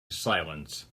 silence